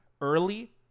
early